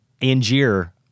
Angier